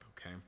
okay